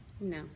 No